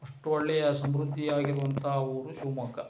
ಅಷ್ಟು ಒಳ್ಳೆಯ ಸಮೃದ್ದಿ ಆಗಿರುವಂತಹ ಊರು ಶಿವಮೊಗ್ಗ